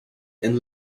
and